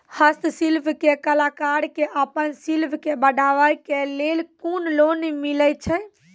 हस्तशिल्प के कलाकार कऽ आपन शिल्प के बढ़ावे के लेल कुन लोन मिलै छै?